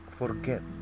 forget